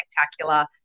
spectacular